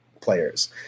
players